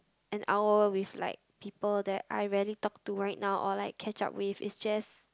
an hour with like people that I really talk to right now or like catch up with is just